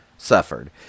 Suffered